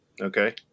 Okay